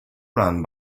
run